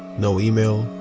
no email,